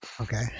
Okay